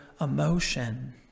emotion